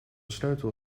sleutel